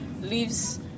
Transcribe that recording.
leaves